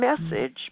message